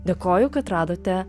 dėkoju kad radote